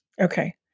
Okay